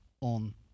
on